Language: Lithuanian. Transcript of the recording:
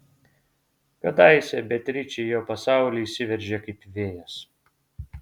kadaise beatričė į jo pasaulį įsiveržė kaip vėjas